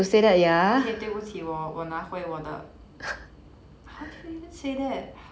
okay 对不起我我拿回我的 how do you even say that